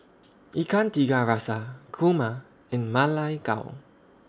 Ikan Tiga Rasa Kurma and Ma Lai Gao